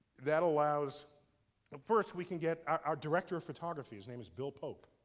that allows ah first, we can get, our director of photography, his name is bill polk.